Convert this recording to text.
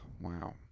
Wow